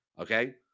okay